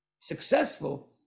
successful